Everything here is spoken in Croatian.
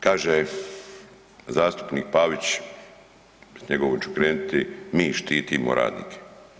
Kaže zastupnik Pavić, s njegovim ću krenuti, mi štitimo radnike.